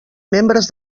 membres